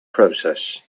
process